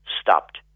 stopped